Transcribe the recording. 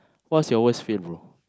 what's your fail brother